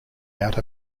out